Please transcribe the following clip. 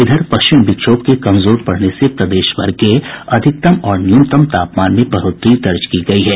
इधर पश्चिमी विक्षोभ के कमजोर पड़ने से प्रदेश भर के अधिकतम और न्यूनतम तापमान में बढ़ोतरी दर्ज की गयी है